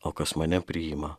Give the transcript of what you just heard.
o kas mane priima